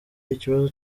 ikibazo